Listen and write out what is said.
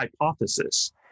hypothesis